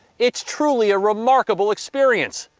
it's truly a remarkable experience.